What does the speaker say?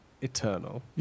eternal